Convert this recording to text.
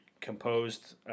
composed